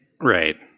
right